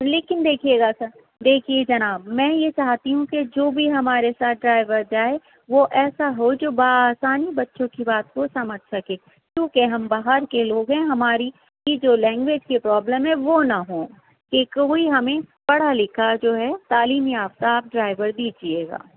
لیکن دیکھیے گا سر دیکھیے جناب میں یہ چاہتی ہوں کہ جو بھی ہمارے ساتھ ڈرائیور جائے وہ ایسا ہو جو بآسانی بچوں کی بات کو سمجھ سکے کیونکہ کہ ہم باہر کے لوگ ہیں ہماری جو لینگویج کی پرابلم ہے وہ نہ ہوں ایک کوئی ہمیں پڑھا لکھا جو ہے تعلیم یافتہ آپ ڈرائیور دیجیے گا